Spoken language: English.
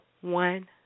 one